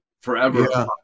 forever